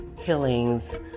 killings